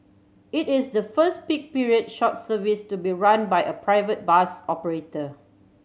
it is the first peak period short service to be run by a private bus operator